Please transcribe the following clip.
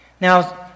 Now